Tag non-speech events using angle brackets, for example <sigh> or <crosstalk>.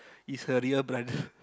is her real brother <breath>